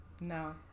no